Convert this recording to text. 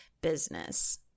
business